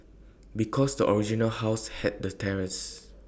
because the original house had A terrace